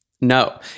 No